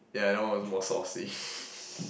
yeah that one was more saucy